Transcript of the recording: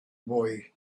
boy